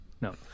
no